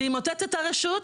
זה ימוטט את הרשות,